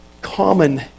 common